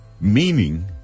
meaning